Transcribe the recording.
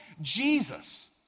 Jesus